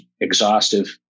exhaustive